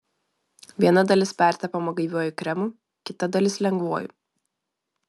viena dalis pertepama gaiviuoju kremu kita dalis lengvuoju